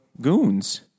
Goons